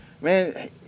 man